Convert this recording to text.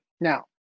Now